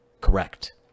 Correct